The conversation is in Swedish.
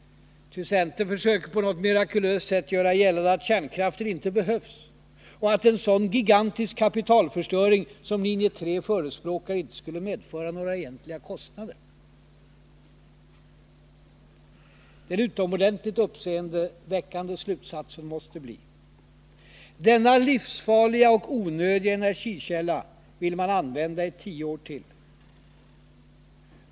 Ty centern försöker på något mirakulöst sätt göra gällande att kärnkraften inte behövs och att en sådan gigantisk kapitalförstöring som linje 3 förespråkar inte skulle medföra några egentliga kostnader. Den utomordentligt uppseendeväckande slutsatsen måste bli: Denna livsfarliga och onödiga energikälla vill centern använda i tio år till.